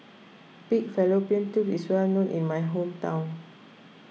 Pig Fallopian Tubes is well known in my hometown